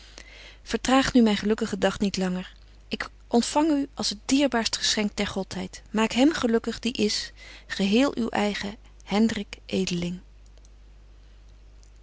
vertraag nu myn gelukkigen dag niet langer ik ontfang u als het dierbaarst geschenk der godheid maak hem gelukkig die is geheel uw eigen